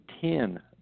ten